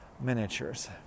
miniatures